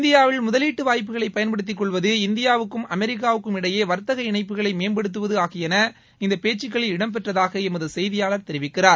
இந்தியாவில் முதலீட்டு வாய்ப்புகளை பயன்படுத்தி கொள்வது இந்தியாவுக்கும் அமெரிக்காவுக்கும் இடையே வர்த்தக இணைப்புகளை மேம்படுத்துவது ஆகியள இந்த பேச்சுக்களில் இடம் பெற்றதாக எமது செய்தியாளர் தெரிவிக்கிறார்